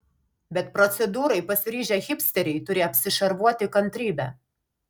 bet procedūrai pasiryžę hipsteriai turi apsišarvuoti kantrybe